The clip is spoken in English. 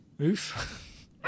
Oof